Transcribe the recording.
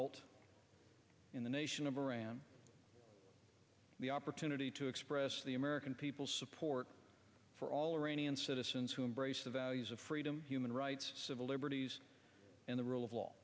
tumbled in the nation of iran the opportunity to express the american people support for all or any and citizens who embrace the values of freedom human rights civil liberties and the rule of law